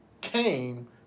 came